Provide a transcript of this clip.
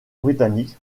britannique